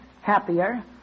happier